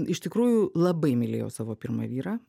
iš tikrųjų labai mylėjau savo pirmą vyrą